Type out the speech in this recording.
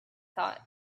thought